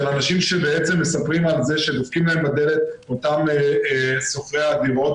של אנשים שמספרים על זה שדופקים להם בדלת אותם שוכרי הדירות